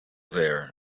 there